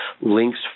links